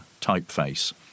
typeface